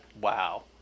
Wow